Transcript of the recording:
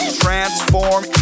transform